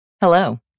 Hello